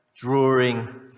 Drawing